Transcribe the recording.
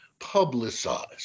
publicized